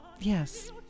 Yes